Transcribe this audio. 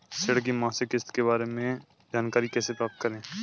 ऋण की मासिक किस्त के बारे में जानकारी कैसे प्राप्त करें?